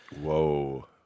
Whoa